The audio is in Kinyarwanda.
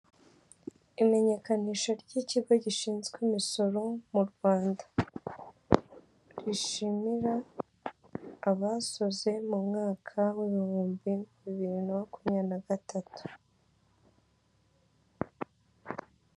Imenyekanisha ry'ikigo gishinzwe imisoro mu Rwanda rishimira abasoze mu mwaka w'ibihumbi bibiri na makumya na gatatu.